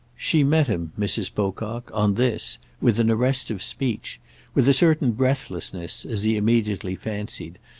she met him, mrs. pocock, on this, with an arrest of speech with a certain breathlessness, as he immediately fancied,